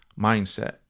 mindset